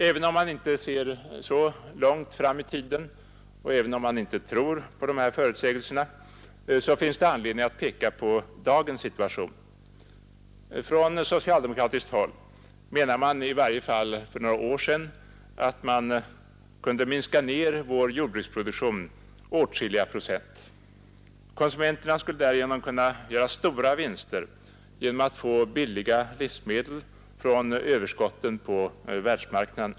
Även om man inte ser så långt fram i tiden, och även om man inte tror på dessa förutsägelser finns anledning peka på dagens situation. Från socialdemokratiskt håll menade man i varje fall för några år sedan att vi kunde minska vår jordbruksproduktion åtskilliga procent. Då skulle konsumenterna kunna göra stora vinster genom att få billiga livsmedel från överskotten på världsmarknaden.